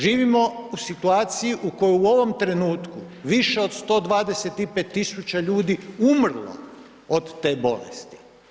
Živimo u situaciji u kojoj je u ovom trenutku više od 125 000 ljudi umrlo od te bolesti.